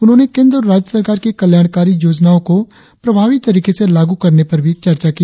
उन्होंने केंद्र और राज्य सरकार की कल्याणकारी योजनाओं को प्रभावी तरीके से लागू करने पर भी चर्चा की